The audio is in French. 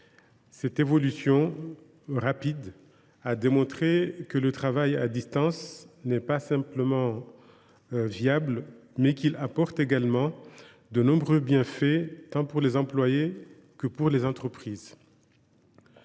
Cette évolution rapide a démontré que le travail à distance n’était pas uniquement viable, mais qu’il apportait également de nombreux bienfaits tant pour les employés que pour les entreprises.